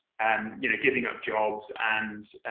and you know giving up jobs and,